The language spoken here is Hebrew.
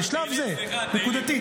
בשלב זה, נקודתית.